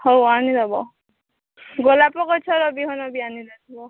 ହଉ ଆଣିଦେବ ଗୋଲାପ ଗଛର ବିହନ ବି ଆଣି ଦେଇଥିବ